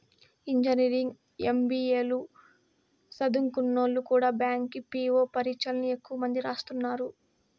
engineering, MBA లు సదుంకున్నోల్లు కూడా బ్యాంకి పీ.వో పరీచ్చల్ని ఎక్కువ మంది రాస్తున్నారు